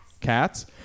Cats